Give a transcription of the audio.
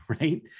right